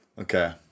Okay